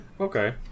Okay